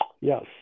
yes